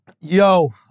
Yo